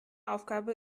aufgabe